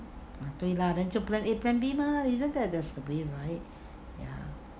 对 lah then 就 plan A plan B mah isn't that that's the way right